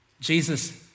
Jesus